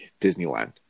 Disneyland